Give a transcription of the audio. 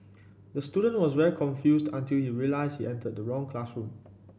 the student was very confused until he realised he entered the wrong classroom